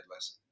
lesson